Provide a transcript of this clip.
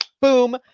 boom